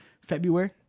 February